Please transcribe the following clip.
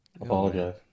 Apologize